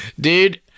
Dude